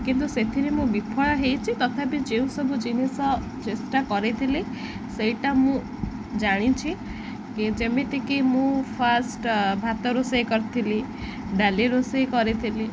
କିନ୍ତୁ ସେଥିରେ ମୁଁ ବିଫଳ ହେଇଛି ତଥାପି ଯେଉଁ ସବୁ ଜିନିଷ ଚେଷ୍ଟା କରିଥିଲି ସେଇଟା ମୁଁ ଜାଣିଛି ଯେମିତିକି ମୁଁ ଫାଷ୍ଟ ଭାତ ରୋଷେଇ କରିଥିଲି ଡାଲି ରୋଷେଇ କରିଥିଲି